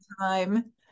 time